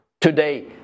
today